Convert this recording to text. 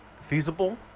feasible